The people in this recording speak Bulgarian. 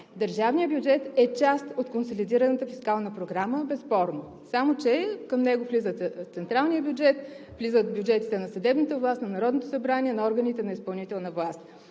държавният бюджет е част от консолидираната фискална програма, безспорно, само че към него влизат централния бюджет, влизат бюджетите на съдебната власт, на Народното събрание, на органите на изпълнителната власт.